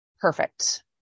Perfect